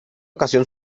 ocasión